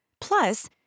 Plus